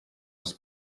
was